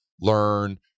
learn